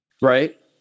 Right